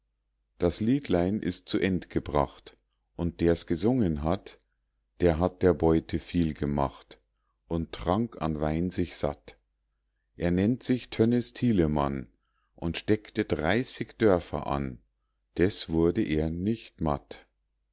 das liedlein ist zu end gebracht und der's gesungen hat der hat der beute viel gemacht und trank an wein sich satt er nennt sich tönnes tielemann und steckte dreißig dörfer an des wurde er nicht matt